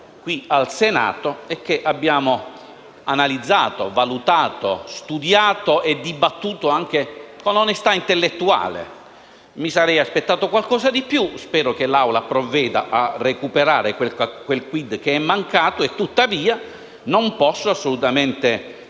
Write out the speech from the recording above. al Senato e che abbiamo analizzato, valutato, studiato e dibattuto anche con onestà intellettuale. Mi sarei aspettato qualcosa di più, e spero che l'Aula provveda a recuperare quel *quid* che è mancato. Tuttavia, non posso assolutamente ignorare